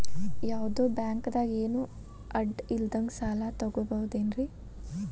ಯಾವ್ದೋ ಬ್ಯಾಂಕ್ ದಾಗ ಏನು ಅಡ ಇಲ್ಲದಂಗ ಸಾಲ ತಗೋಬಹುದೇನ್ರಿ?